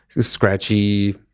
scratchy